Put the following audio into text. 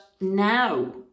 now